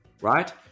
right